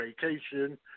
vacation